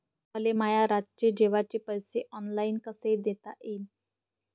मले माया रातचे जेवाचे पैसे ऑनलाईन कसे देता येईन?